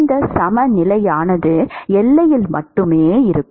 இந்த சமநிலையானது எல்லையில் மட்டுமே இருக்கும்